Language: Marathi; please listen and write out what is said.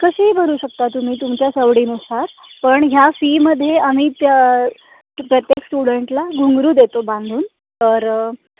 कसेही भरू शकता तुम्ही तुमच्या सवडीनुसार पण ह्या फीमध्ये आम्ही त्या प्रत्येक स्टुडंटला घुंगरू देतो बांधून तर